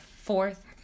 fourth